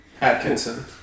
Atkinson